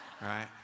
right